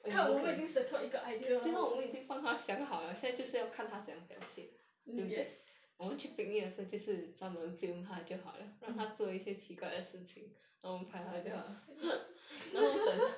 看我们已经 secure 一个 idea 了 yes mm yes